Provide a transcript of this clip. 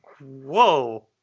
Whoa